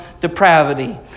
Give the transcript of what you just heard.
depravity